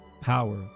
power